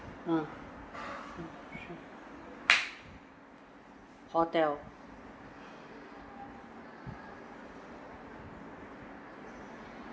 hotel